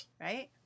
Right